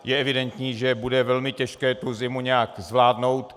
Je evidentní, že bude velmi těžké zimu nějak zvládnout.